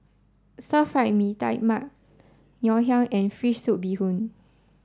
Stir Fry Mee Tai Mak Ngoh Hiang and Fish Soup Bee Hoon